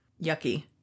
yucky